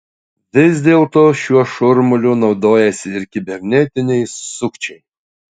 vis dėlto šiuo šurmuliu naudojasi ir kibernetiniai sukčiai